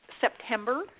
September